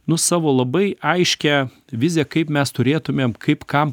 nu savo labai aiškią viziją kaip mes turėtumėm kaip kam